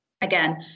again